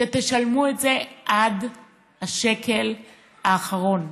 שתשלמו את זה עד השקל האחרון.